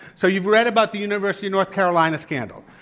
so, you've read about the university of north carolina scandal.